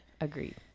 Agreed